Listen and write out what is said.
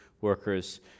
workers